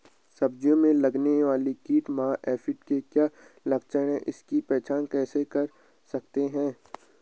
सब्जियों में लगने वाला कीट माह एफिड के क्या लक्षण हैं इसकी पहचान कैसे कर सकते हैं?